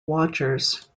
watchers